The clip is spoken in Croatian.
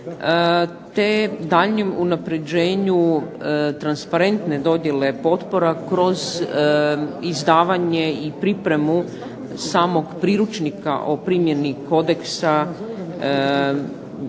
te daljnjem unapređenju transparentne dodjele potpora kroz izdavanje i pripremu samog priručnika o primjeni kodeksa